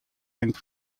length